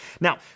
Now